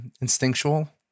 instinctual